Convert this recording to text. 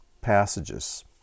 passages